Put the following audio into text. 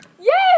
Yes